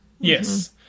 Yes